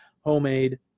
homemade